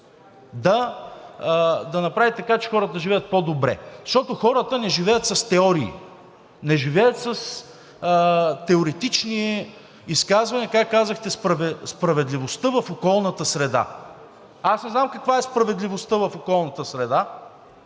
да направите така, че хората да живеят по-добре. Защото хората не живеят с теории, не живеят с теоретични изказвания, както казахте: справедливостта в околната среда. Аз не знам каква е справедливостта в околната среда